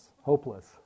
hopeless